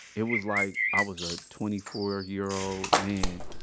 it was like, i was a twenty four year old man,